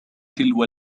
تلو